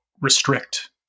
restrict